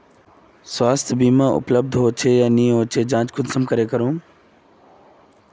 स्वास्थ्य बीमा उपलब्ध होचे या नी होचे वहार जाँच कुंसम करे करूम?